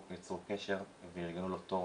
עם הצוות